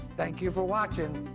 thank you for watching,